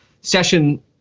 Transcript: session